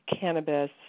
cannabis